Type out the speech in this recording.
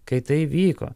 kai tai vyko